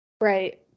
Right